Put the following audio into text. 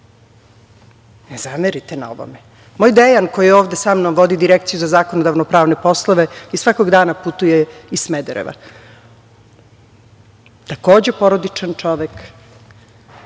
Ne zamerite na ovome. Moj Dejan koji je ovde sa mnom, vodi Direkciju za zakonodavno pravne poslove, i svakog dana putuje iz Smedereva, takođe porodičan čovek,